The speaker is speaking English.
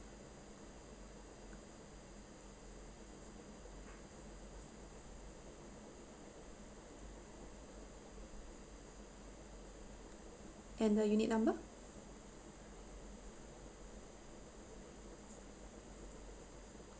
and the unit number